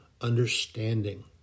understanding